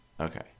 Okay